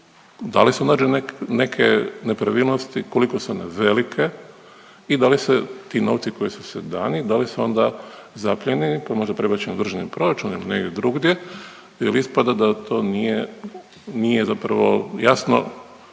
da li su nađene neke nepravilnosti i koliko su one velike i da li su ti novci koji su sad dani, da li su onda zaplijenjeni pa možda prebačeni u državni proračun ili negdje drugdje jer ispada da to nije, nije zapravo jasno